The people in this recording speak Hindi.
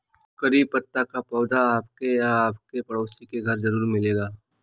करी पत्ता का पौधा आपके या आपके पड़ोसी के घर ज़रूर मिलेगा